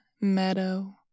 meadow